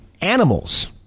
animals